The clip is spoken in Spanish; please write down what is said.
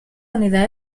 unidad